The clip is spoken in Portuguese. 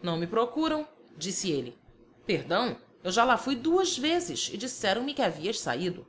não me procuram disse ele perdão eu já lá fui duas vezes e disseram-me que havias saído